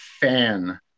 fan